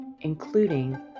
including